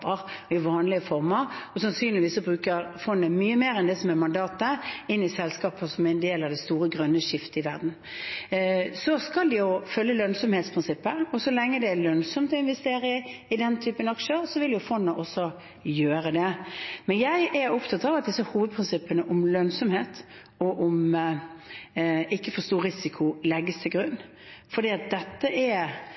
i vanlige aksjeselskaper i vanlige former, og sannsynligvis bruker fondet mye mer enn det som er mandatet, inn i selskaper som er en del av det store grønne skiftet i verden. Så skal de jo følge lønnsomhetsprinsippet, og så lenge det er lønnsomt å investere i den typen aksjer, vil jo fondet også gjøre det. Men jeg er opptatt av at disse hovedprinsippene om lønnsomhet og om ikke for stor risiko legges til grunn,